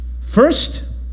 First